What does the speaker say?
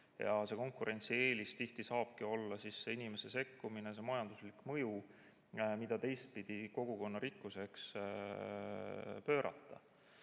See konkurentsieelis tihti saabki olla see inimese sekkumine, see majanduslik mõju, mida teistpidi saab kogukonna rikkuseks pöörata.